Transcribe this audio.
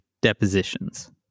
depositions